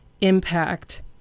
impact